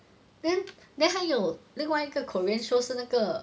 then then 还有另外一个 korean show 是那个